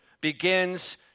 begins